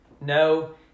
No